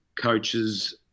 coaches